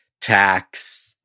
tax